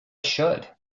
should